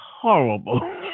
horrible